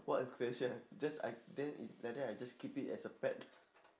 what a question ah just I then if like that I just keep it as a pet